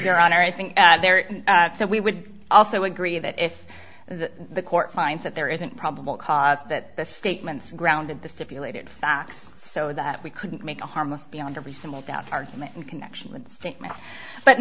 honor i think there so we would also agree that if the court finds that there isn't probable cause that the statements grounded the stipulated facts so that we couldn't make a harmless beyond reasonable doubt argument in connection with the statement but